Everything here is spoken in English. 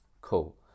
cool